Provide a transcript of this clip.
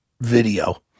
video